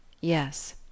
Yes